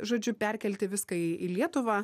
žodžiu perkelti viską į į lietuvą